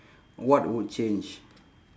what would change